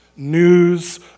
news